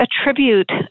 attribute